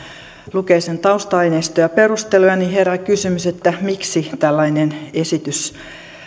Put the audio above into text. lukee sen tausta aineistoa ja perusteluja herää kysymys miksi tällainen esitys